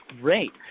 Great